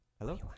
Hello